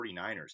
49ers